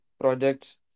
projects